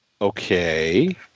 Okay